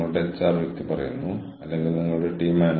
അതിനാൽ അവർ നെറ്റ്വർക്കിനുള്ളിൽ വളരെയധികം പങ്കു ചേരുന്നു